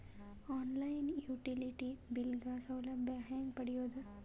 On line utility bill ಗ ಸೌಲಭ್ಯ ಹೇಂಗ ಪಡೆಯೋದು?